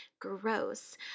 Gross